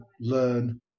learn